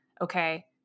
Okay